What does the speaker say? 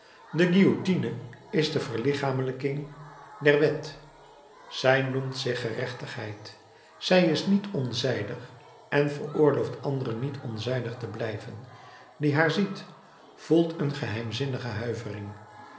de guillotine is de verlichamelijking der wet zij noemt zich gerechtigheid zij is niet onzijdig en veroorlooft anderen niet onzijdig te blijven die haar ziet voelt een geheimzinnige huivering